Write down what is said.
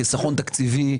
חסכון תקציבי?